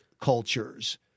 cultures